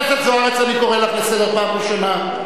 אני קורא לך לסדר פעם ראשונה.